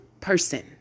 person